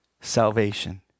salvation